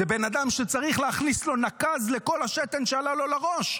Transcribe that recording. זה בן אדם שצריך להכניס לו נקז לכל השתן שעלה לו לראש,